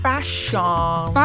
Fashion